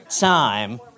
time